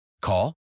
Call